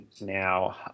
now